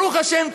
ברוך השם,